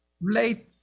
late